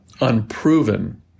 unproven